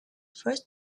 first